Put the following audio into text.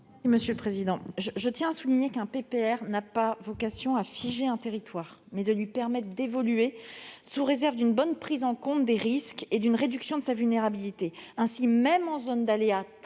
Gouvernement ? Je tiens à le souligner, un PPR a vocation non pas à figer un territoire, mais à lui permettre d'évoluer sous réserve d'une bonne prise en compte des risques et d'une réduction de sa vulnérabilité. Ainsi, même en zone d'aléas